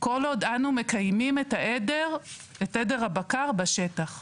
כל עוד אנו מקיימים את עדר הבקר בשטח.